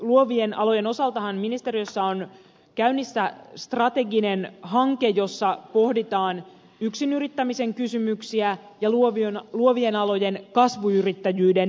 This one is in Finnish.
luovien alojen osaltahan ministeriössä on käynnissä strateginen hanke jossa pohditaan yksin yrittämisen kysymyksiä ja luovien alojen kasvuyrittäjyyden kysymyksiä